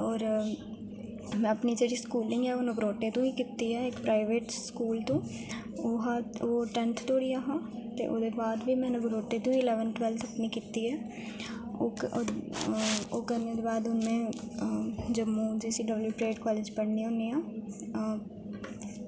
होर मैं अपनी जेह्ड़ी स्कूलिंग ऐ ओह् नगरोटे तू ई कीती ऐ इक स्कूल तू ओह् हा ओह् टेंथ धोड़ी हा ते ओह्दे बाद बी नगरोटे टू गै इलेवेंथ ट्वेल्थ अपनी कीती ऐ ओह् करने दे बाद हून मै Jammu G C W parade college पढ़नी होन्नी आं